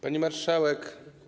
Pani Marszałek!